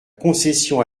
concession